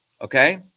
okay